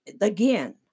Again